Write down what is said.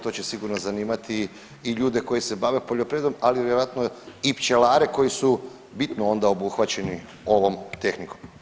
To će sigurno zanimati i ljude koji se bave poljoprivrednom, ali vjerojatno i pčelare koji su bitno onda obuhvaćeni ovom tehnikom.